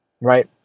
right